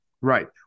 Right